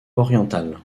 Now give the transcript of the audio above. orientales